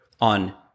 on